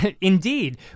indeed